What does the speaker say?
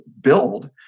build